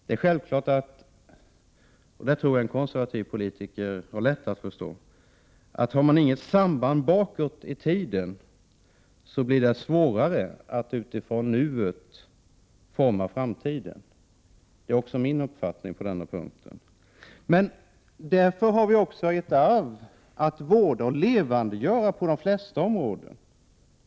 Det är självklart att — det tror jag att en konservativ politiker har lätt att förstå — den som inte har något samband bakåt i tiden har svårare att utifrån nuet forma framtiden. Det är också min uppfattning på denna punkt. Därför har vi också ett arv att vårda och levandegöra på de flesta områden.